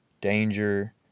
danger